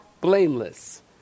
blameless